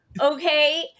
okay